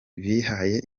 bihaye